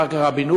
אחר כך הבינוי.